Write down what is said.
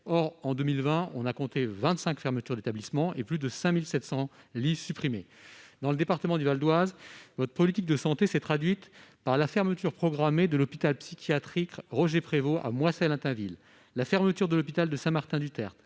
Or, en 2020, on a compté 25 fermetures d'établissements et plus de 5 700 lits supprimés. Dans le département du Val-d'Oise, votre politique de santé s'est traduite par la fermeture programmée de l'hôpital psychiatrique Roger-Prévot, sur le site de Moisselles-Attainville, par la fermeture de l'hôpital de Saint-Martin-du-Tertre